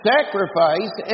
Sacrifice